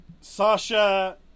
sasha